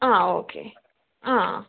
ആ ഓക്കേ ആ